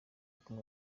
kumwe